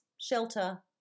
shelter